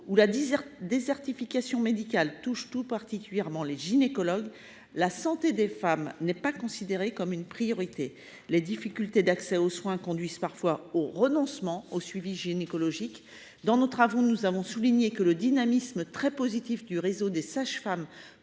où la désertification médicale touche tout particulièrement les gynécologues, la santé des femmes n’est pas considérée comme une priorité. Les difficultés d’accès aux soins conduisent parfois ces dernières à renoncer au suivi gynécologique. Dans nos travaux, nous avons souligné que le dynamisme très positif du réseau des sages femmes